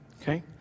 Okay